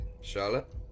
Charlotte